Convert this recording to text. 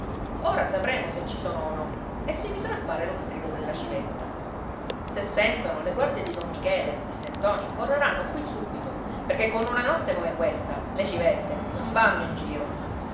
ora sapremo se ci sono o no e si misero a fare lo strido della civetta se sentono le guardie di don michele disse ntoni correranno qui subito perché con una notte come questa le civette non vanno in giro